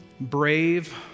brave